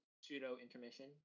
pseudo-intermission